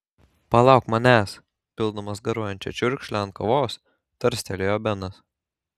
palauk manęs pildamas garuojančią čiurkšlę ant kavos tarstelėjo benas